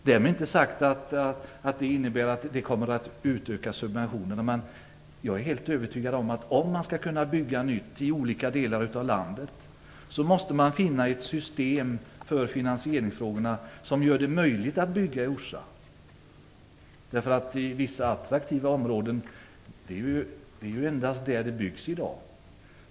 Därmed inte sagt att det innebär utökade subventioner, men jag är helt övertygad om att om det skall gå att bygga nytt i olika delar av landet måste man finna ett system för finansieringen som gör det möjligt att bygga i Orsa. Det är ju endast i vissa attraktiva områden som det byggs i dag.